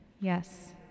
Yes